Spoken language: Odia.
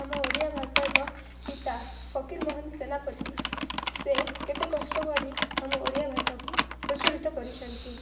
ଆମ ଓଡ଼ିଆ ଭାଷାର ପିତା ଫକୀର ମୋହନ ସେନାପତି ସେ କେତେ କଷ୍ଟ କରି ଆମ ଓଡ଼ିଆ ଭାଷାକୁ ପ୍ରଚଳିତ କରିଛନ୍ତି